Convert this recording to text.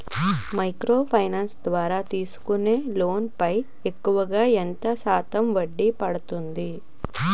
Micro finance ద్వారా తీసుకునే loan పై ఎక్కువుగా ఎంత శాతం వడ్డీ పడుతుంది?